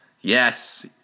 yes